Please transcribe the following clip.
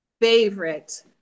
favorite